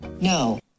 No